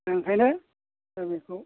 ओंखायनो दा बेखौ